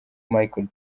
michael